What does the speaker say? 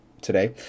today